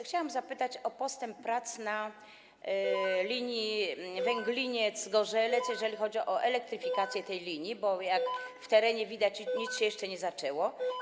Chciałam zapytać o postęp prac na linii Węgliniec - Zgorzelec, jeżeli chodzi o elektryfikację tej linii, bo jak w terenie widać, nic się jeszcze nie zaczęło.